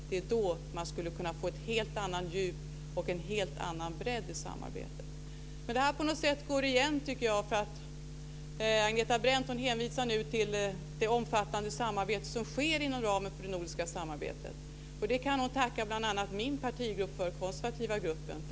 Det är då man skulle kunna få ett helt annat djup och en helt annan bredd i samarbetet. Det här går på något sätt igen, tycker jag. Agneta Brendt hänvisar nu till det omfattande samarbete som sker inom ramen för det nordiska samarbetet. Det kan hon bl.a. tacka min partigrupp för, den konservativa gruppen.